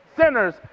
sinners